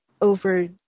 over